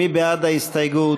מי בעד ההסתייגות?